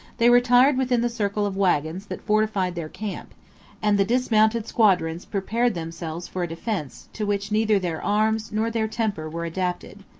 they retired within the circle of wagons that fortified their camp and the dismounted squadrons prepared themselves for a defence, to which neither their arms, nor their temper, were adapted.